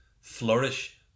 flourish